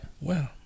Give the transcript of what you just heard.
Wow